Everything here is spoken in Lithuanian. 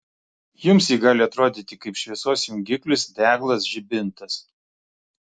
jums ji gali atrodyti kaip šviesos jungiklis deglas žibintas